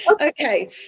Okay